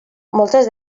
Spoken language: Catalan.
moltes